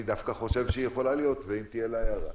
אני דווקא חושב שהיא יכולה להיות ואולי תהיה לה הערה.